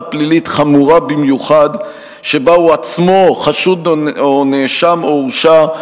פלילית חמורה במיוחד שבה הוא עצמו חשוד או נאשם או הורשע,